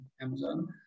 Amazon